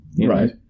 right